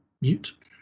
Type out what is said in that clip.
mute